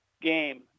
game